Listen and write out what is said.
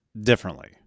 differently